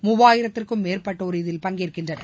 மூவாயிரத்திற்கும் மேற்பட்டோர் இதில் பங்கேற்கின்றனர்